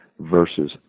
versus